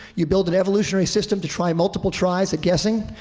you build an evolutionary system to try multiple tries at guessing,